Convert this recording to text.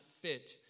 fit